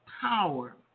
power